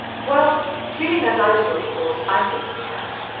well feeling as i do of course i think he has.